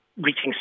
reaching